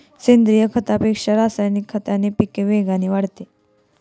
सेंद्रीय खतापेक्षा रासायनिक खताने पीक वेगाने वाढते